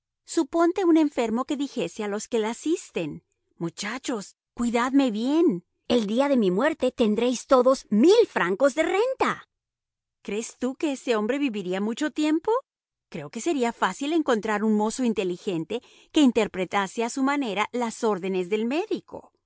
suponte un enfermo que dijese a los que la asisten muchachos cuidadme bien el día de mi muerte tendréis todos mil francos de renta crees tú que ese hombre viviría mucho tiempo creo que sería fácil encontrar un mozo inteligente que interpretase a su manera las órdenes del médico